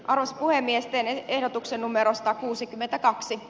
aros puhemiesten että ehdotuksen numerosta kuusikymmentäkaksi